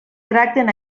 tracten